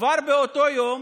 כבר באותו יום,